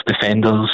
defenders